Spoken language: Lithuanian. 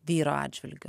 vyro atžvilgiu